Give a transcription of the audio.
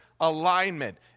alignment